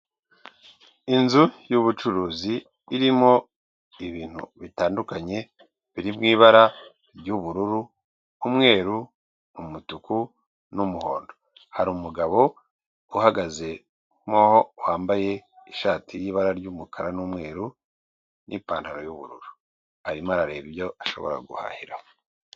Inzu yubucuruzi irimo ibintu bitandukanye biri mu ibara ry'ubururu, umweru, umutuku n'umuhondo, hari umugabo uhagazemo wambaye ishati y'ibara ry'umukara n'umweru n'ipantaro y'ubururu, arimo arareba ibyo ashobora guhahira aho.